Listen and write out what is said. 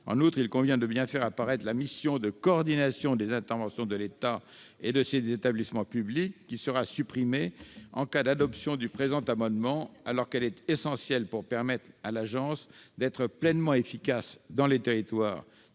ailleurs, il convient de bien faire apparaître la mission de coordination des interventions de l'État et de ses établissements publics, qui serait supprimée en cas d'adoption du présent amendement, alors qu'elle est essentielle pour permettre à l'agence d'être pleinement efficace dans les territoires.